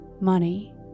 Money